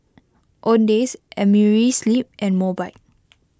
Owndays Amerisleep and Mobike